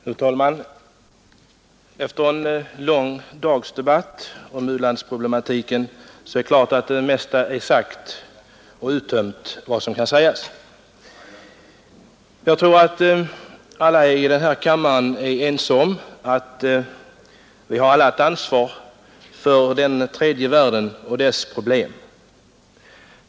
Fru talman! Efter en lång dags debatt om u-landsproblematiken är naturligtvis det mesta sagt. Jag tror att alla i denna kammare är ense om att vi alla har ett ansvar för den tredje världen och dess problem.